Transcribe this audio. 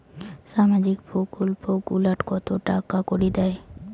সামাজিক প্রকল্প গুলাট কত টাকা করি দেয়?